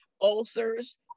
ulcers